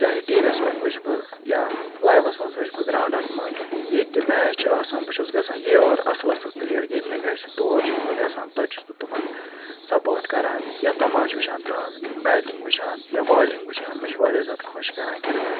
چاہے TVs پٮ۪ٹھ وچھِ بہٕ یا لایوس منٛز وچھِ بہٕ گراونڈس منٛز یتہِ تہِ میچ چھُ آسان بہٕ چھُس گژھان اصل اصل پلیر گِندنہِ گژھِ تور چھُس بہٕ گژھان تتہِ چھُس بہٕ تِمن سپورٹ کران یا تماشہٕ وچھان تِہنٛز بیٹنگ وچھان یا بالِنگ وچھان مےٚ چھُ واریاہ زیادٕ خۄش کران کرکٹ